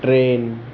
train